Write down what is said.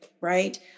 right